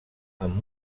amb